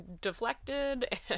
deflected